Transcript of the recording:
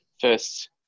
first